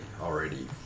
already